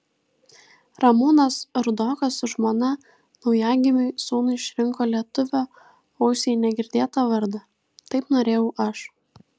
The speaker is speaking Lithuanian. ramūnas rudokas su žmona naujagimiui sūnui išrinko lietuvio ausiai negirdėtą vardą taip norėjau aš